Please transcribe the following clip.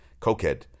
Cokehead